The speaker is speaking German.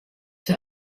für